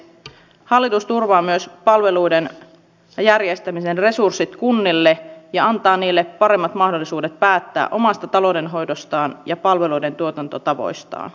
hallitus turvaa myös palveluiden järjestämisen resurssit kunnille ja antaa niille paremmat mahdollisuudet päättää omasta taloudenhoidostaan ja palveluiden tuotantotavoistaan